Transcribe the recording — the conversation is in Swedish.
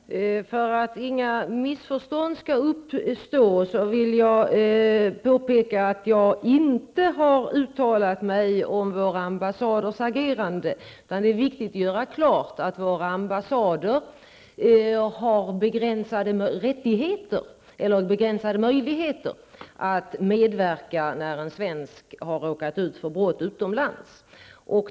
Fru talman! För att inga missförstånd skall uppstå vill jag påpeka att jag inte har uttalat mig om våra ambassaders agerande. Det är viktigt att göra klart att våra ambassader har begränsade möjligheter att medverka när en svensk har råkat ut för brott utomlands.